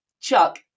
Chuck